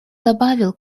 добавил